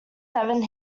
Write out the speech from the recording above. seven